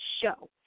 show